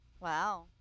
Wow